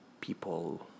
people